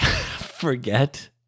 forget